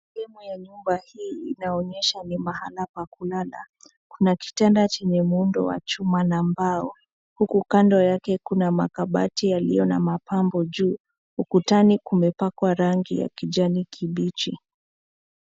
Sehemu ya nyumba hii inaonyesha ni mahala a kulala. Kuna kitanda chenye muundo wa chuma na mbao huku kando yake kuna makabati yaliyo na mapambo juu. Ukutani kumepakwa rangi ya kijani kibichi.